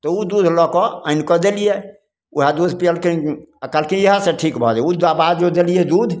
तऽ ओ दूध लऽ कऽ आनिकऽ देलिए ओएह दूध पिएलकनि आओर कहलकै जे इएहसे ठीक भऽ जाएत ओ ओकरा बाद जे देलिए दूध